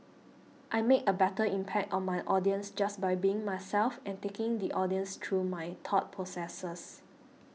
I make a better impact on my audience just by being myself and taking the audience through my thought processes